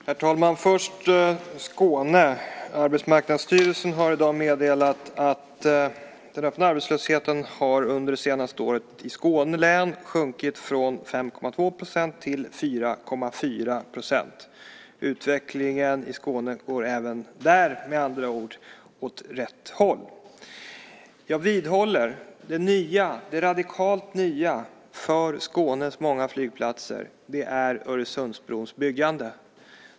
Herr talman! Jag ska först ta upp Skåne. Arbetsmarknadsstyrelsen har i dag meddelat att den öppna arbetslösheten i Skåne län under det senaste året har sjunkit från 5,2 till 4,4 %. Utvecklingen i Skåne går med andra ord även där åt rätt håll. Jag vidhåller att det radikalt nya för Skånes många flygplatser är Öresundsbrons byggande.